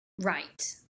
right